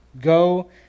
Go